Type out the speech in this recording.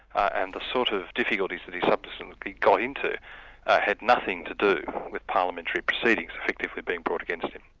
and the sort of difficulties that he subsequently got into had nothing to do with parliamentary proceedings effectively being brought against him.